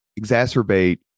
exacerbate